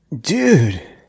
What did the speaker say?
dude